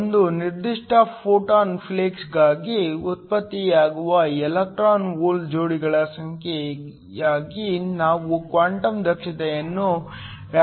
ಒಂದು ನಿರ್ದಿಷ್ಟ ಫೋಟಾನ್ ಫ್ಲಕ್ಸ್ಗಾಗಿ ಉತ್ಪತ್ತಿಯಾಗುವ ಎಲೆಕ್ಟ್ರಾನ್ ಹೋಲ್ ಜೋಡಿಗಳ ಸಂಖ್ಯೆಯಾಗಿ ನಾವು ಕ್ವಾಂಟಮ್ ದಕ್ಷತೆಯನ್ನು ವ್ಯಾಖ್ಯಾನಿಸುತ್ತೇವೆ